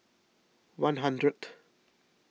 one hundred